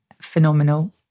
phenomenal